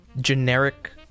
generic